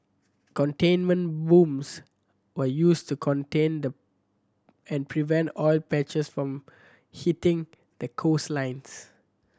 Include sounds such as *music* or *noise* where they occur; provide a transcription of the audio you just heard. containment booms were used to contain *unintelligible* and prevent oil patches from hitting the coastlines